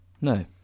No